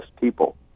people